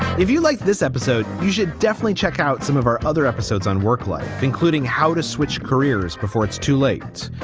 if you like this episode. you should definitely check out some of our other episodes on work life, including how to switch careers before it's too late,